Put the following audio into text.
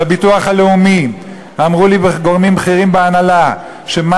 בביטוח הלאומי אמרו לי גורמים בכירים בהנהלה שמה